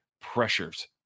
pressures